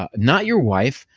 ah not your wife.